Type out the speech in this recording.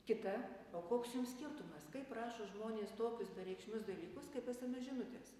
kita o koks jums skirtumas kaip rašo žmonės tokius bereikšmius dalykus kaip sms žinutės